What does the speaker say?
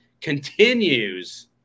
continues